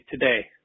today